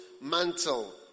mantle